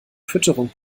fütterung